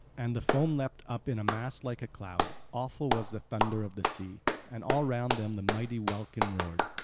and the foam leapt up in a mass like a cloud awful was the thunder of the sea and all round them the mighty welkin roared.